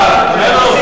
2011,